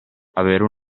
avere